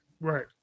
right